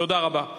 תודה רבה.